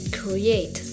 create